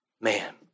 man